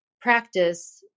practice